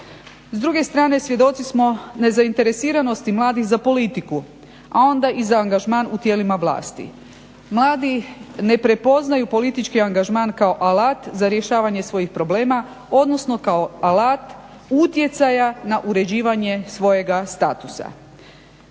S druge strane svjedoci smo nezainteresiranosti mladih za politiku, a onda i za angažman u tijelima vlasti. Mladi ne prepoznaju politički angažman kao alat za rješavanje svojih problema, odnosno kao alat utjecaja na uređivanje svojega statusa.